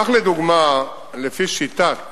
כך, לדוגמה, לפי שיטת